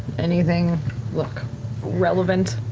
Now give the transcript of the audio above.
anything look relevant?